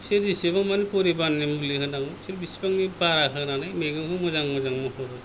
बिसोर जेसेबांमिन फुरिमाननि मुलि होनांगौ बिसोर बिसिबांनि बारा होनानै मैगंखौ मोजां मोजां महर